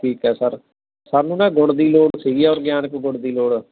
ਠੀਕ ਹੈ ਸਰ ਸਾਨੂੰ ਨਾ ਗੁੜ ਦੀ ਲੋੜ ਸੀਗੀ ਔਰਗੈਨਿਕ ਗੁੜ ਦੀ ਲੋੜ